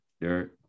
Derek